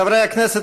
חברי הכנסת,